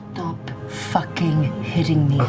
fucking hitting